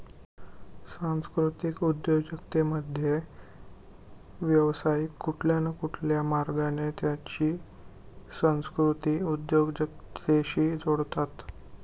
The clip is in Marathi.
सांस्कृतिक उद्योजकतेमध्ये, व्यावसायिक कुठल्या न कुठल्या मार्गाने त्यांची संस्कृती उद्योगाशी जोडतात